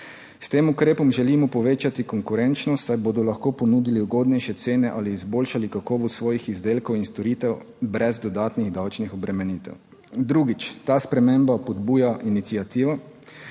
S tem ukrepom želimo povečati konkurenčnost, saj bodo lahko ponudili ugodnejše cene ali izboljšali kakovost svojih izdelkov in storitev brez dodatnih davčnih obremenitev. Drugič, ta sprememba spodbuja iniciativo